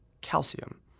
calcium